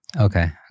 Okay